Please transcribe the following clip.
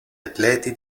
atleti